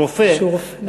שהוא רופא,